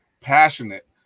passionate